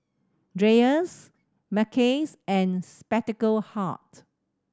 Dreyers Mackays and Spectacle Hut